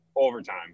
Overtime